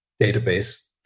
database